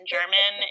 German